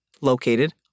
located